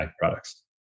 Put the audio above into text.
products